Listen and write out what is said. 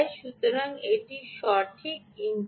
সুতরাং এটি সঠিক ইনপুট